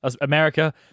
America